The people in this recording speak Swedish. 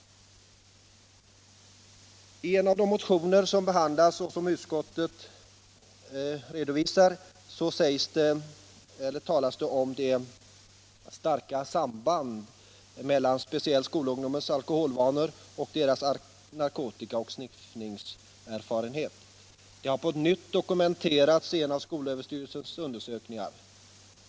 Det talas i en av de motioner som behandlas och som utskottet redovisar om det starka sambandet mellan speciellt skolungdomars alkoholvanor och deras narkotikaoch sniffningserfarenhet. Det har på nytt dokumenterats i en av skolöverstyrelsens undersökningar.